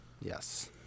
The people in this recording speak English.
Yes